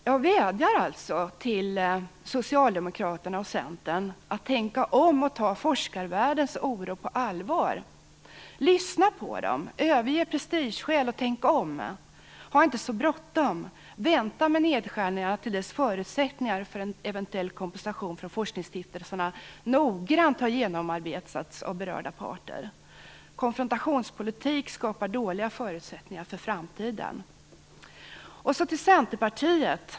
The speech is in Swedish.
Jag vädjar alltså till Socialdemokraterna och Centern att tänka om och ta forskarvärldens oro på allvar. Lyssna på dess företrädare! Överge prestigeskäl och tänk om! Ha inte så bråttom! Vänta med nedskärningarna till dess att förutsättningar för en eventuell kompensation från forskningsstiftelserna noggrant har genomarbetats av berörda parter! Konfrontationspolitik skapar dåliga förutsättningar för framtiden. Så över till Centerpartiet.